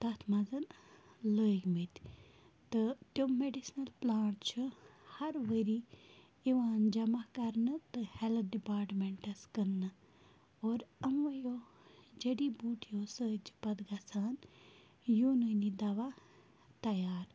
تَتھ منٛز لٲگۍمٕتۍ تہٕ تِم مٮ۪ڈِسنَل پٕلانٛٹ چھِ ہَر ؤری یِوان جمع کَرنہٕ تہٕ ہٮ۪لٕتھ ڈِپاٹمٮ۪نٛٹَس کٕنٛنہٕ اور یِموَیو جٔڈی بوٗٹیو سۭتۍ چھِ پَتہٕ گژھان یوٗنٲنی دَوا تَیار